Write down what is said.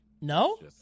No